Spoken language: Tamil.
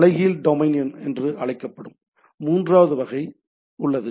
தலைகீழ் டொமைன் என்று அழைக்கப்படும் மூன்றாவது வகை உள்ளது